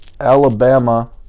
Alabama